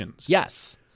Yes